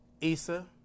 Issa